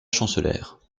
chancelèrent